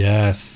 Yes